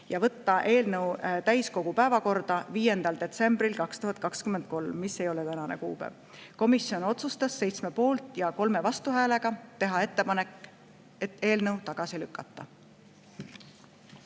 ja võtta eelnõu täiskogu päevakorda 5. detsembril 2023, mis ei ole tänane kuupäev. Komisjon otsustas 7 poolt- ja 3 vastuhäälega teha ettepanek eelnõu tagasi lükata.